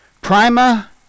Prima